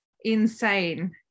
insane